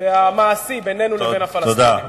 והמעשי בינינו לבין הפלסטינים.